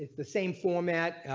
the same format.